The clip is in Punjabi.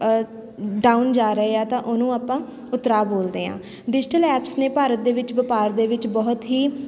ਡਾਊਨ ਜਾ ਰਹੇ ਆ ਤਾਂ ਉਹਨੂੰ ਆਪਾਂ ਉਤਰਾਅ ਬੋਲਦੇ ਹਾਂ ਡਿਜੀਟਲ ਐਪਸ ਨੇ ਭਾਰਤ ਦੇ ਵਿੱਚ ਵਪਾਰ ਦੇ ਵਿੱਚ ਬਹੁਤ ਹੀ